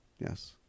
Yes